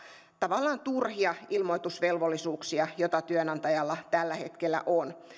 tavallaan turhia ilmoitusvelvollisuuksia joita työnantajalla tällä hetkellä on